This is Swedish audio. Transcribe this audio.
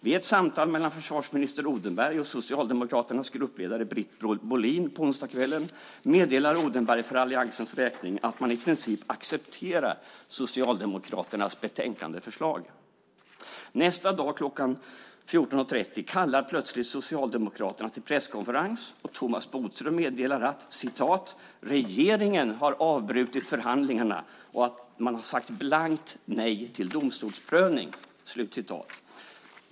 Vid ett samtal mellan försvarsminister Odenberg och Socialdemokraternas gruppledare Britt Bohlin på onsdagskvällen meddelar Odenberg för alliansens räkning att man i princip accepterar Socialdemokraternas betänkandeförslag. Nästa dag kl. 14.30 kallar plötsligt Socialdemokraterna till presskonferens och Thomas Bodström meddelar att regeringen har avbrutit förhandlingarna och att man har sagt blankt nej till domstolsprövning.